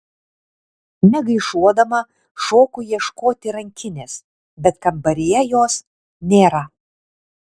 negaišuodama šoku ieškoti rankinės bet kambaryje jos nėra